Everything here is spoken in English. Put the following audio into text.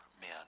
men